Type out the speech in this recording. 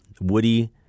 Woody